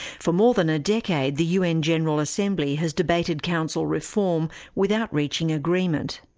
for more than a decade, the un general assembly has debated council reform without reaching agreement.